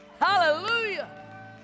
Hallelujah